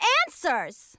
answers